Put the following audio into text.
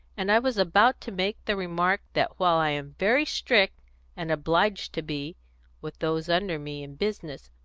and i was about to make the remark that while i am very strict and obliged to be with those under me in business,